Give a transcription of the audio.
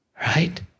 Right